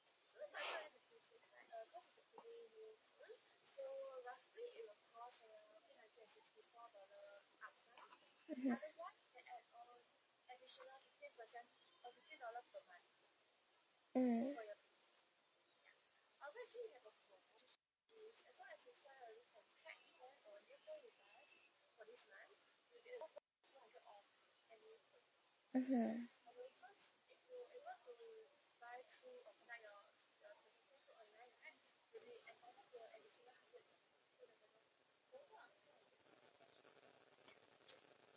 mmhmm mm mmhmm